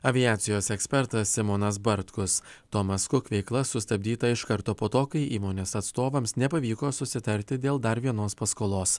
aviacijos ekspertas simonas bartkus tomas kuk veikla sustabdyta iš karto po to kai įmonės atstovams nepavyko susitarti dėl dar vienos paskolos